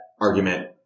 argument